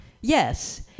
Yes